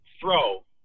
throw